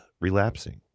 relapsing